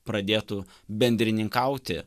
pradėtų bendrininkauti